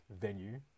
venue